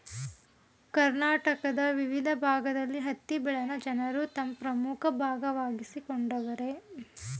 ಕರ್ನಾಟಕದ ವಿವಿದ್ ಭಾಗ್ದಲ್ಲಿ ಹತ್ತಿ ಬೆಳೆನ ಜನರು ತಮ್ ಪ್ರಮುಖ ಭಾಗವಾಗ್ಸಿಕೊಂಡವರೆ